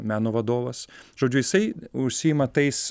meno vadovas žodžiu jisai užsiima tais